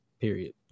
period